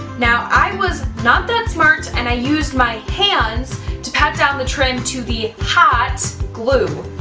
now i was not that smart and i used my hands to pat down the trim to the hot glue.